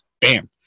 Bam